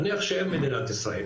נניח שאין מדינת ישראל,